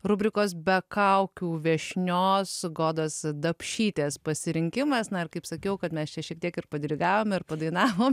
rubrikos be kaukių viešnios godos dapšytės pasirinkimas na ir kaip sakiau kad mes čia šiek tiek ir padirigavom ir padainavom